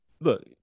look